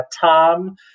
Tom